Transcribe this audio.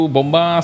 Bomba